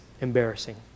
embarrassing